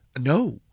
no